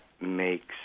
makes